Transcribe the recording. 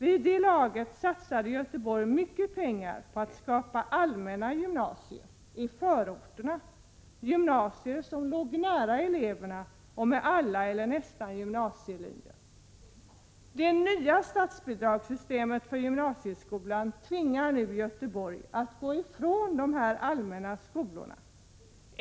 Vid det laget satsade Göteborg mycket pengar på att skapa allmänna gymnasier i förorterna, gymnasier som låg nära elevernas hem och som hade alla eller nästan alla gymnasielinjerna. Det nya statsbidragssystemet för gymnasieskolan tvingar Göteborg att gå ifrån de allmänna skolorna.